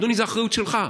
אדוני, זו אחריות שלך.